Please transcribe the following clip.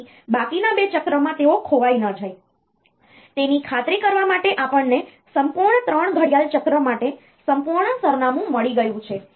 તેથી બાકીના 2 ચક્રમાં તેઓ ખોવાઈ ન જાય તેની ખાતરી કરવા માટે આપણને સંપૂર્ણ 3 ઘડિયાળ ચક્ર માટે સંપૂર્ણ સરનામું મળી ગયું છે